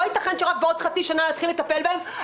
לא ייתכן שרק בעוד חצי שנה נתחיל לטפל בהם.